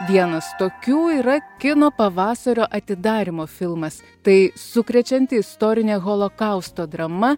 vienas tokių yra kino pavasario atidarymo filmas tai sukrečianti istorinė holokausto drama